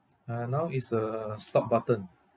ah now is the stop button